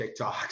TikToks